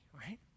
right